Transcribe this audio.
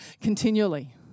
continually